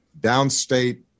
downstate